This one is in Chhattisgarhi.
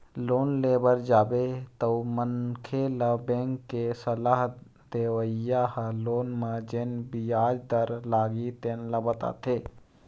लोन ले बर जाबे तअमनखे ल बेंक के सलाह देवइया ह लोन म जेन बियाज दर लागही तेन ल बताथे